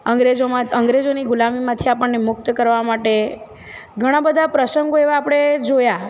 અંગ્રેજોમાં અંગ્રેજોની ગુલામીમાંથી આપણને મુક્ત કરવા માટે ઘણાં બધાં એવા પ્રસંગો આપણે જોયા